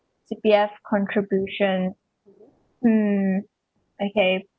C_P_F contribution mm okay